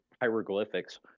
hieroglyphics